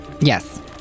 Yes